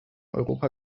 europa